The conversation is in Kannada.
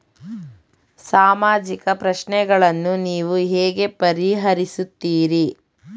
ಸಾಮಾಜಿಕ ಪ್ರಶ್ನೆಗಳನ್ನು ನೀವು ಹೇಗೆ ಪರಿಹರಿಸುತ್ತೀರಿ?